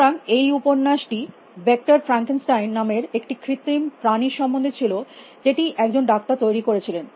সুতরাং এই উপন্যাসটি ভেক্টর ফ্রান্কেনস্টাইন নামের একটি কৃত্রিম প্রাণীর সম্বন্ধে ছিল যেটি একজন ডাক্তার তৈরী করেছিলেন